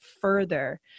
further